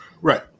Right